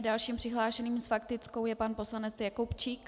Dalším přihlášeným s faktickou je pan poslanec Jakubčík.